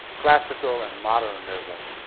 classical and modernism,